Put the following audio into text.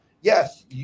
Yes